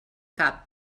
cap